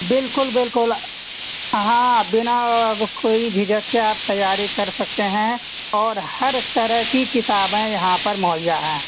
بالکل بالکل ہاں بنا وہ کوئی جھجھک کے آپ تیاری کر سکتے ہیں اور ہر طرح کی کتابیں یہاں پر مہیا ہیں